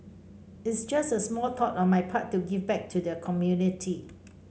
it's just a small thought on my part to give back to the community